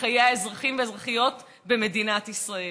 לחיי האזרחים והאזרחיות במדינת ישראל,